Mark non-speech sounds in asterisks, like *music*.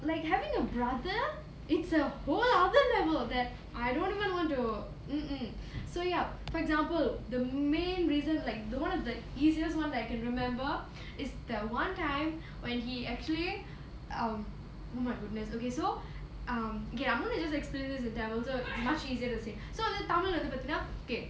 like having a brother it's a whole other level that I don't even want to *noise* so ya for example the main reason like the one of the easiest one that I can remember is that one time when he actually um oh my goodness okay so um okay I'm going to just explain this in tamil so it's much easier to say so வந்து தமிழ்ல வந்து பாத்திங்கன:vandhu tamizhla vandhu paathingana okay